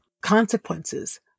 consequences